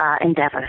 endeavors